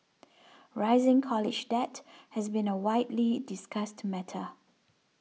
rising college debt has been a widely discussed matter